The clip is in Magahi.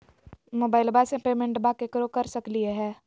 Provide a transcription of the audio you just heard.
मोबाइलबा से पेमेंटबा केकरो कर सकलिए है?